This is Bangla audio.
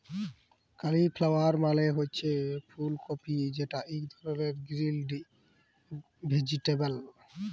কালিফ্লাওয়ার মালে হছে ফুল কফি যেট ইক ধরলের গ্রিল ভেজিটেবল